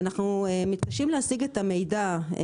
אנחנו מתקשים להשיג את המידע.